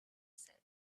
said